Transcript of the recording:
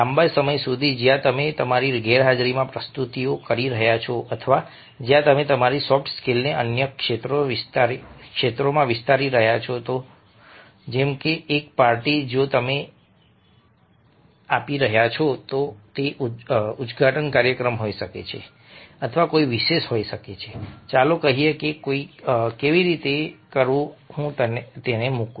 લાંબા સમય સુધી જ્યાં તમે તમારી ગેરહાજરીમાં પ્રસ્તુતિઓ કરી રહ્યા છો અથવા જ્યાં તમે તમારી સોફ્ટ સ્કિલ્સને અન્ય ક્ષેત્રોમાં વિસ્તારી રહ્યા છો જેમ કે એક પાર્ટી જે તમે આપી રહ્યા છો અથવા તે ઉદ્ઘાટન કાર્યક્રમ હોઈ શકે છે અથવા કોઈ વિશેષ હોઈ શકે છે ચાલો કહીએ કે કેવી રીતે કરવું હું તેને મૂકી